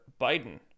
Biden